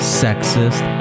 sexist